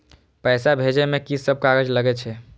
पैसा भेजे में की सब कागज लगे छै?